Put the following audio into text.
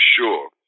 sure